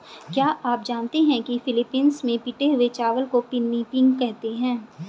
क्या आप जानते हैं कि फिलीपींस में पिटे हुए चावल को पिनिपिग कहते हैं